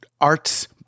arts